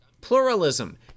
Pluralism